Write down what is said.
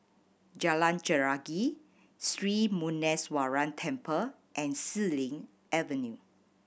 Jalan Chelagi Sri Muneeswaran Temple and Xilin Avenue